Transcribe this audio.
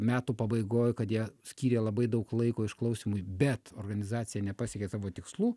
metų pabaigoj kad jie skyrė labai daug laiko išklausymui bet organizacija nepasiekė savo tikslų